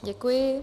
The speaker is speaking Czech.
Děkuji.